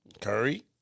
Curry